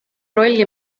rolli